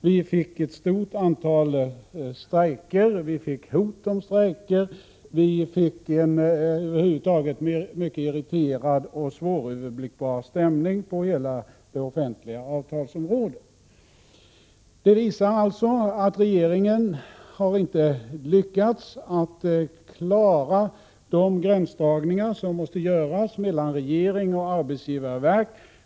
Vi fick ett stort antal strejker och hot om strejker, och vi fick över huvud taget en mycket irriterad och svåröverblickbar situation på hela det offentliga avtalsområdet. Detta visar att regeringen inte har lyckats att klara de gränsdragningar som måste göras mellan regering och arbetsgivarverk.